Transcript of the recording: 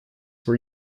were